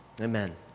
Amen